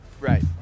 right